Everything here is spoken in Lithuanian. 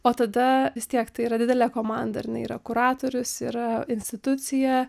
o tada vis tiek tai yra didelė komanda ar ne yra kuratorius yra institucija